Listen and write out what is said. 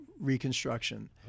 reconstruction